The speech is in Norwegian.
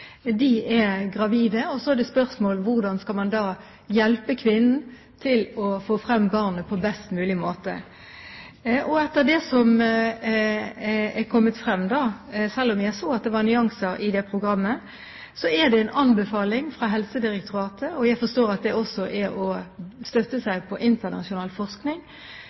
er gravide. Da er spørsmålet: Hvordan skal man da hjelpe kvinnen til å få frem barnet på best mulig måte? Etter det som er kommet frem, selv om jeg så at det var nyanser i det programmet, er det en anbefaling fra Helsedirektoratet – og jeg forstår at det også er å støtte seg på internasjonal forskning